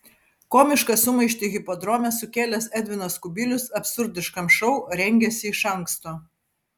komišką sumaištį hipodrome sukėlęs edvinas kubilius absurdiškam šou rengėsi iš anksto